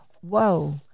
whoa